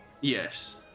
Yes